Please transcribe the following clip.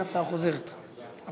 ההצעה להעביר את הצעת